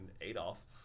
Adolf